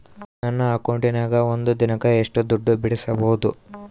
ನನ್ನ ಅಕೌಂಟಿನ್ಯಾಗ ಒಂದು ದಿನಕ್ಕ ಎಷ್ಟು ದುಡ್ಡು ಬಿಡಿಸಬಹುದು?